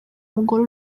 umugore